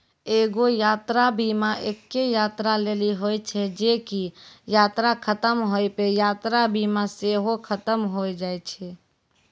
एगो यात्रा बीमा एक्के यात्रा लेली होय छै जे की यात्रा खतम होय पे यात्रा बीमा सेहो खतम होय जाय छै